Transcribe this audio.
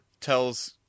tells